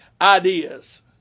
ideas